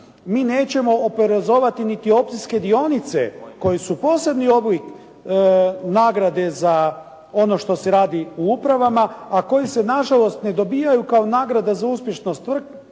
Mi nećemo oporezovati niti opcijske dionice koje su posebni oblik nagrade za ono što se radi u upravama, a koje se nažalost ne dobivaju kao nagrada za uspješnost tvrtke,